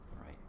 Right